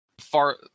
far